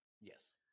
Yes